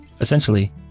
Essentially